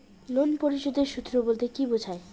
Loan পরিশোধের সূএ বলতে কি বোঝায়?